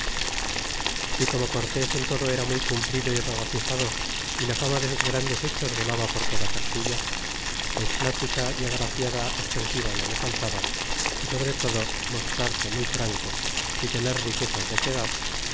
y como cortés en todo era muy cumplido y regocijado y la fama de sus grandes hechos volaba por toda castilla pues plática y agraciada expresiva no le faltaba y sobre todo mostrarse muy franco y tener riquezas de que